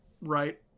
right